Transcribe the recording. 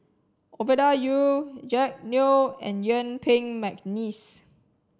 Ovidia Yu Jack Neo and Yuen Peng McNeice